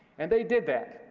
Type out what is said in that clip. and they did that.